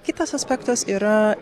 kitas aspektas yra